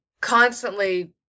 constantly